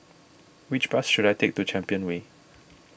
which bus should I take to Champion Way